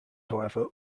however